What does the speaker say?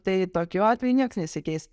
tai tokiu atveju nieks nesikeis